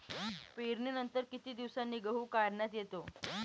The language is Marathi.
पेरणीनंतर किती दिवसांनी गहू काढण्यात येतो?